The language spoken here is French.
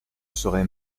serais